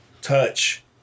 touch